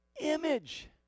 image